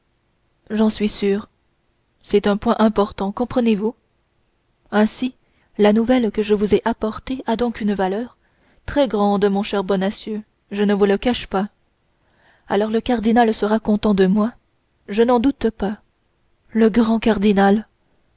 j'en suis sûr c'est un point important comprenez-vous ainsi la nouvelle que je vous ai apportée a donc une valeur très grande mon cher bonacieux je ne vous le cache pas alors le cardinal sera content de moi je n'en doute pas le grand cardinal